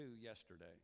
yesterday